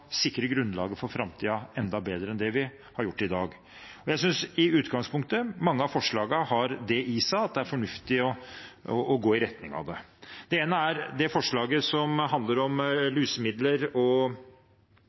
sikre grunnlaget for framtiden enda bedre enn det vi har gjort i dag. Jeg synes i utgangspunktet at mange av forslagene har det i seg at det er fornuftig å gå i retning av det. Det ene er det forslaget som handler om